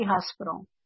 hospital